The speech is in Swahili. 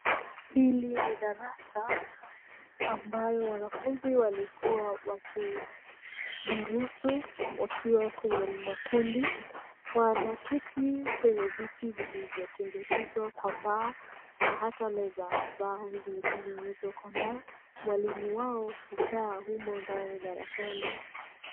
Hili ni darasa ambayo wanafunzi walikua wakidurusu wakiwa kwenye makundi wanaketi kwenye viti vilivyotengenezwa kwa mbao na hata meza zao zimetengenezwa kwa mbao, mwalimu wao hukaa humo ndani darasani.